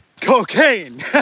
Cocaine